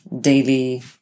daily